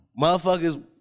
Motherfuckers